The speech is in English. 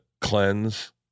cleanse